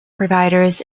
providers